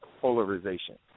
polarization